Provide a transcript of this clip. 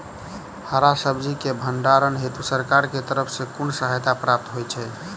हरा सब्जी केँ भण्डारण हेतु सरकार की तरफ सँ कुन सहायता प्राप्त होइ छै?